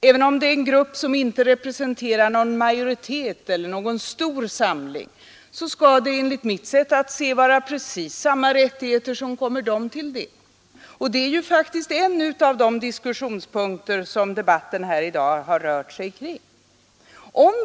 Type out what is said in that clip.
Även om det här är fråga om en grupp som inte representerar någon majoritet eller någon stor samling skall det enligt mitt sätt att se vara precis samma rättigheter som kommer den till del. Det är faktiskt en av de diskussionspunkter som debatten i dag har rört sig kring.